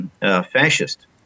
fascist